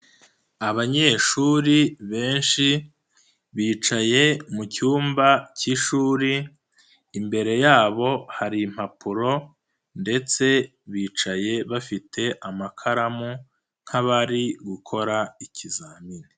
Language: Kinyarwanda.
Abanyeshuri benshi, bicaye mu cyumba cy'ishuri, imbere yabo hari impapuro ndetse bicaye bafite amakaramu nk'abari gukora ikizamini.